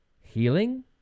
healing